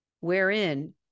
wherein